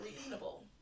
reasonable